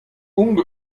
ung